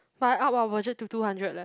fly out our budget to two hundred leh